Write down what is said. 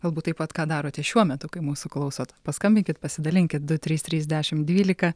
galbūt taip pat ką darote šiuo metu kai mūsų klausot paskambinkit pasidalinkit du trys trys dešim dvylika